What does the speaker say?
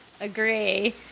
Agree